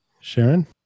Sharon